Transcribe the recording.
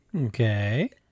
Okay